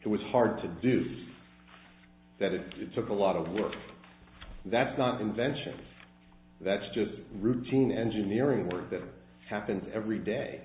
it was hard to do that it took a lot of work that's not invention that's just routine engineering work that happens every day